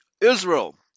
Israel